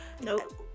Nope